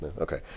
Okay